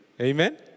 amen